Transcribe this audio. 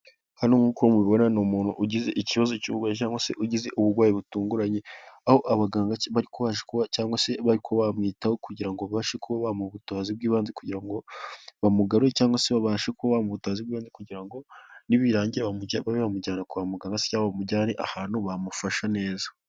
Hano nkuko mubibona ni umuntu ugize ikibazo cy'uburwayi, cyangwa se ugize uburwayi butunguranye. Aho abaganga bari kubasha kuba cyangwa se bari kuba bamwitaho kugira ngo babashe kuba bamuha ubutabazi bw'ibanze kugira ngo bamugarure cyangwa se babashe kuba bamuha ubutabazi kugira ngo, nibirangira babe bamujyana kwa muganga cyangwa se bamujyane ahantu bamufashe neza.